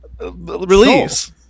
release